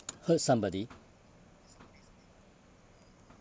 hurt somebody